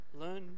learn